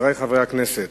חברי חברי הכנסת,